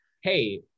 hey